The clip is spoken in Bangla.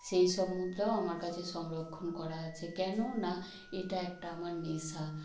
সেই সব মুদ্রাও আমার কাছে সংরক্ষণ করা আছে কেনো না এটা একটা আমার নেশা